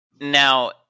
Now